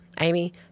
Amy